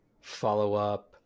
follow-up